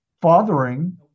fathering